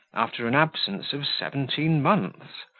after an absence of seventeen months.